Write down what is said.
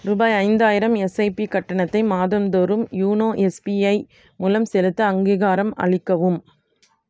ரூபாய் ஐந்தாயிரம் எஸ்ஐபி கட்டணத்தை மாதந்தோறும் யோனோ எஸ்பிஐ மூலம் செலுத்த அங்கீகாரம் அளிக்கவும்